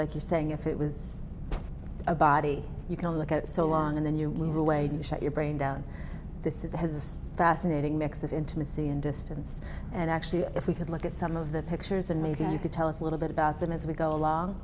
like you're saying if it was a body you can look at so long in the new legal way you shut your brain down this is a has fascinating mix of intimacy and distance and actually if we could look at some of the pictures and maybe you could tell us a little bit about them as we go along